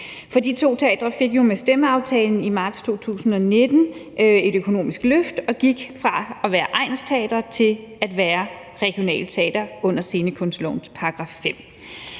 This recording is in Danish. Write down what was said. de to teatre fik jo med stemmeaftalen i marts 2019 et økonomisk løft og gik fra at være egnsteatre til at være regionale teatre under scenekunstlovens § 5.